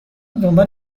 دنبال